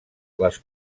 les